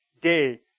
day